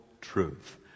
truth